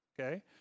okay